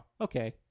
okay